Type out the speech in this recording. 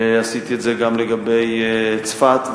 ועשיתי את זה גם לגבי צפת,